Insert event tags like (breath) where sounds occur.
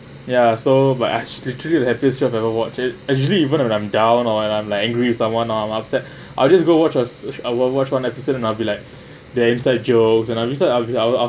ya so but actually literally the happiest show I've ever watch it actually even when I'm down or I'm like angry with someone or I'm upset (breath) I'll just go watch a sh~ I'll watch watch one episode and I'd be like their inside joke and uh inside I'll I'll